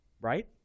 right